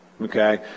okay